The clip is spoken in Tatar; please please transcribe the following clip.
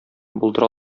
булдыра